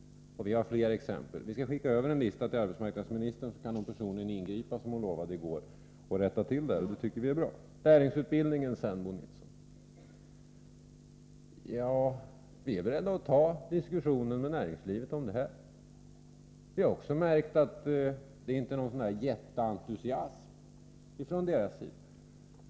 Och vi har fler exempel. Vi skall skicka över en lista till arbetsmarknadsministern, så kan hon personligen ingripa, som hon lovade i går, och rätta till det här — och det tycker vi är bra. Lärlingsutbildningen sedan, Bo Nilsson! Vi är beredda att ta diskussionen med näringslivet om detta. Vi har också märkt att det inte är någon ”jätteentusiasm” från näringslivets sida.